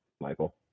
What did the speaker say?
Michael